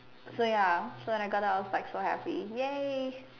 so ya so when I got out I was like so happy ya